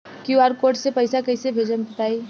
QR code से पईसा कईसे भेजब बताई?